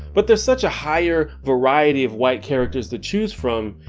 but there's such a higher variety of white characters to choose from,